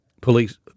police